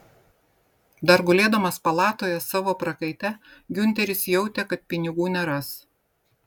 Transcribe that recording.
dar gulėdamas palatoje savo prakaite giunteris jautė kad pinigų neras